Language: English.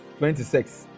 26